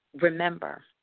Remember